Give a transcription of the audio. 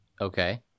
Okay